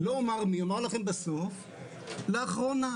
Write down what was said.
מי לאחרונה.